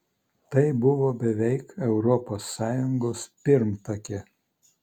tai buvo beveik europos sąjungos pirmtakė